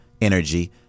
energy